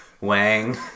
Wang